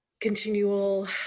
continual